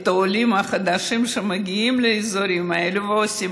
את העולים החדשים שמגיעים לאזורים האלה ועושים